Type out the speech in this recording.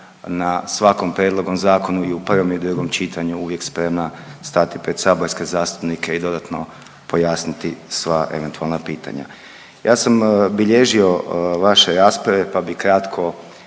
na svakom prijedlogom zakonu i u prvom i drugom čitanju uvijek spremna stati pred saborske zastupnike i dodatno pojasniti sva eventualna pitanja. Ja sam bilježio vaše rasprave pa bi kratko